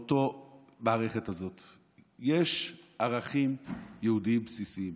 באותה מערכת יש ערכים יהודיים בסיסיים.